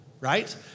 Right